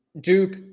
Duke